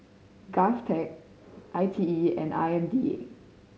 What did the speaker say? GovTech I T E and I M D A